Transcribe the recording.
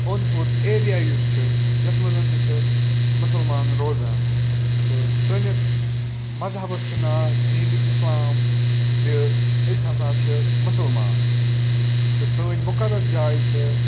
اوٚنٛد پوٚت ایرِیا یُس چھِ یَتھ منٛز تہِ چھِ مُسلمان روزان تہٕ سٲنِس مَذہَبَس چھِ ناو دیٖنہِ اِسلام زِ أسۍ ہَسا چھِ مُسلمان تہٕ سٲنۍ مُقدس جاے چھِ